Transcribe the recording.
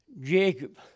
Jacob